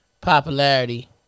popularity